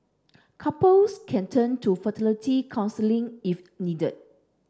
couples can turn to fertility counselling if needed